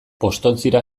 postontzira